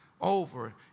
over